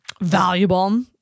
valuable